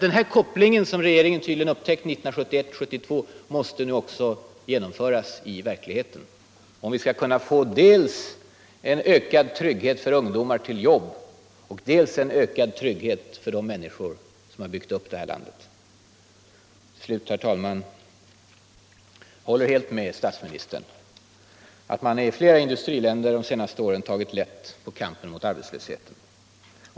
Den här kopplingen, som regeringen tydligen upptäckte 1971-1972, måste därför nu också genomföras i verkligheten. Då kan vi nå dels en ökad trygghet för ungdomar när det gäller jobb, dels en ökad trygghet för de människor som har byggt upp det här landet. Till slut vill jag instämma i statsministerns bedömning om att man i flera industriländer de senaste åren tagit lätt på kampen mot arbetslösheten.